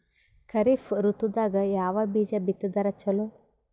ಖರೀಫ್ ಋತದಾಗ ಯಾವ ಬೀಜ ಬಿತ್ತದರ ಚಲೋ?